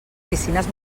piscines